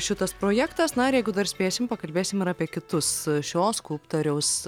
šitas projektas na ir jeigu dar spėsim pakalbėsim ir apie kitus šio skulptoriaus